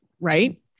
right